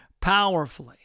powerfully